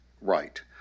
right